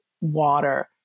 water